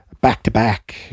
back-to-back